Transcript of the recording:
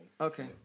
Okay